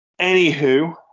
Anywho